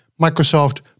Microsoft